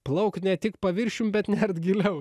plaukt ne tik paviršiumi bet nert giliau